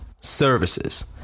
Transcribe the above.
services